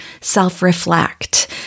self-reflect